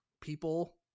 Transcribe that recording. people